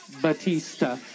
Batista